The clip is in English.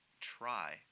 try